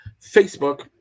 Facebook